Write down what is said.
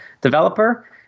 developer